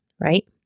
right